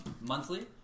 monthly